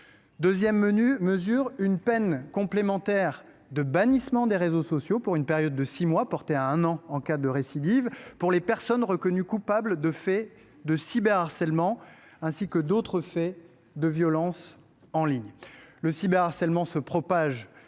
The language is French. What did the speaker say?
deuxième mesure est une peine complémentaire de bannissement des réseaux sociaux pour une période de six mois, portée à un an en cas de récidive, pour les personnes reconnues coupables de cyberharcèlement ainsi que d’autres faits de violences en ligne. Le cyberharcèlement se propage